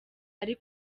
ari